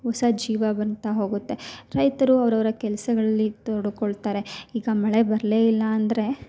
ಹೊಸ ಜೀವ ಬಂತಾ ಹೋಗುತ್ತೆ ರೈತರು ಅವ್ರು ಅವರ ಕೆಲಸಗಳಲ್ಲಿ ತೋಡಿಕೊಳ್ತಾರೆ ಈಗ ಮಳೆ ಬರಲೇ ಇಲ್ಲ ಅಂದರೆ